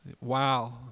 Wow